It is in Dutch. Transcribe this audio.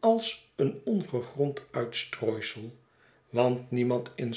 als een ongegrond uitstrooisel want niemand in